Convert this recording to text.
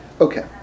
Okay